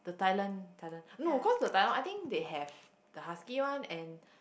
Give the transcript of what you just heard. the Thailand Thailand no cause the Thailand one I think they have the husky one and